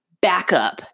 backup